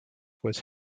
was